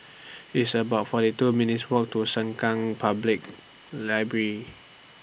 It's about forty two minutes' Walk to Sengkang Public Library